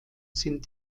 sind